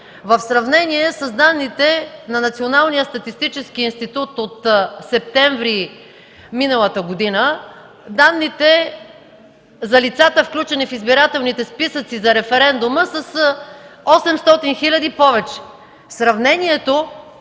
В сравнение с данните на Националния статистически институт от месец септември миналата година, данните за лицата, включени в избирателните списъци за референдума, са с 800 хил. души повече.